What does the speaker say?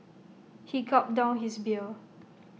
he gulped down his beer